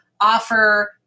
offer